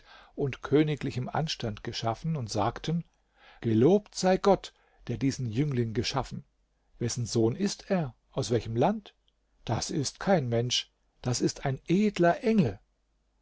und königlichem anstand geschaffen und sagten gelobt sei gott der diesen jüngling geschaffen wessen sohn ist er aus welchem land das ist kein mensch das ist ein edler engel